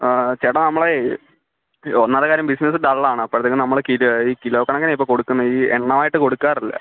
ആ ചേട്ടാ നമ്മളേ ഒന്നാമത്തെ കാര്യം ബിസിനസ്സ് ഡള്ളാണ് അപ്പോഴത്തേക്കും നമ്മൾ കിലോ കിലോ കണക്കിനാണ് ഇപ്പോൾ കൊടുക്കുന്നത് ഈ എണ്ണമായിട്ട് കൊടുക്കാറില്ല